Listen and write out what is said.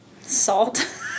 salt